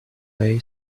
lay